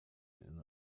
men